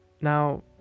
Now